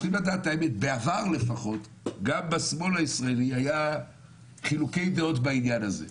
בעבר גם בשמאל הישראלי היו חילוקי דעות בעניין הזה.